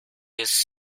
has